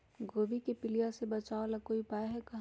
गोभी के पीलिया से बचाव ला कोई उपाय है का?